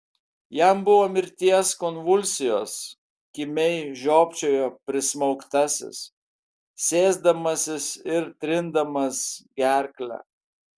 jam buvo mirties konvulsijos kimiai žiopčiojo prismaugtasis sėsdamasis ir trindamas gerklę